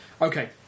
Okay